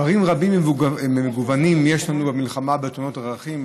דברים רבים ומגוונים יש לנו במלחמה בתאונות הדרכים.